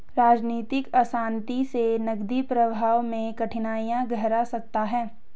राजनीतिक अशांति से नकदी प्रवाह में कठिनाइयाँ गहरा सकता है